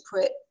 put